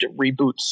reboots